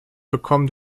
become